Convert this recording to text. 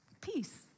peace